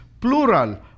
plural